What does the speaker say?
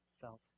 felt